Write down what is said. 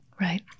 Right